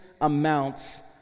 amounts